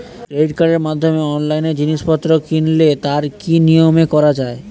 Credit কার্ডের মাধ্যমে অনলাইনে জিনিসপত্র কিনলে তার কি নিয়মে করা যায়?